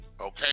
Okay